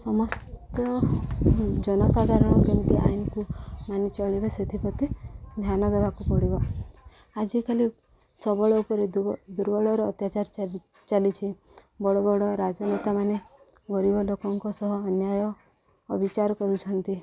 ସମସ୍ତ ଜନସାଧାରଣ କେମିତି ଆଇନକୁ ମାନି ଚଳିବେ ସେଥିପ୍ରତି ଧ୍ୟାନ ଦେବାକୁ ପଡ଼ିବ ଆଜିକାଲି ସବଳ ଉପରେ ଦୁର୍ବଳର ଅତ୍ୟାଚାର ଚାଲିଛି ବଡ଼ ବଡ଼ ରାଜନେତା ମାନ ଗରିବ ଲୋକଙ୍କ ସହ ଅନ୍ୟାୟ ଅବିଚାର କରୁଛନ୍ତି